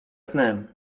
snem